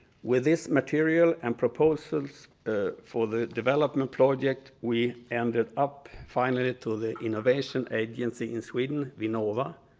with this material and proposals for the development project, we ended up finally to the innovation agency in sweden, vinnova.